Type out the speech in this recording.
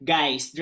Guys